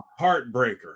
heartbreaker